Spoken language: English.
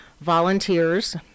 volunteers